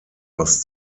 aus